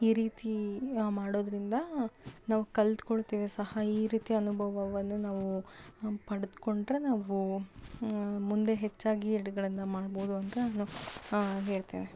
ಈ ರೀತಿ ಮಾಡೋದರಿಂದ ನಾವು ಕಲ್ತುಕೊಳ್ತೇವೆ ಸಹ ಈ ರೀತಿ ಅನುಭವವನ್ನು ನಾವು ಪಡೆದ್ಕೊಂಡ್ರೆ ನಾವು ಮುಂದೆ ಹೆಚ್ಚಾಗಿ ಅಡ್ಗೆಗಳನ್ನ ಮಾಡ್ಬೌದು ಅಂತ ನಾನು ಹೇಳ್ತೇನೆ